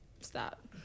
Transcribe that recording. stop